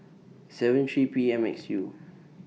seven three P M X U